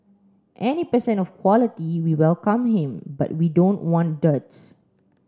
any person of quality we welcome him but we don't want duds